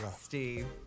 Steve